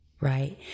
right